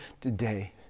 today